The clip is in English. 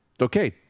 okay